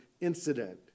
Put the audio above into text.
incident